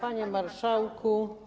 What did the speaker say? Panie Marszałku!